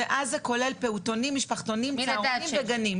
ואז זה כולל פעוטונים, משפחתונים, צהרונים וגנים.